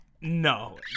no